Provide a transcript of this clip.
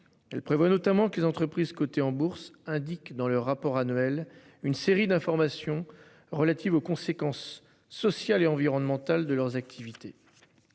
Elle prévoit notamment que les entreprises cotées en Bourse indiquent dans leur rapport annuel. Une série d'informations relatives aux conséquences sociales et environnementales de leurs activités.